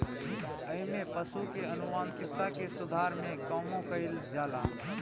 एमे पशु के आनुवांशिकता के सुधार के कामो कईल जाला